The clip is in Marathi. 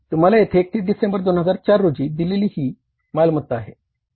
तुम्हाला येथे 31 डिसेंबर 2004 रोजी दिलेली ही मालमत्ता आहे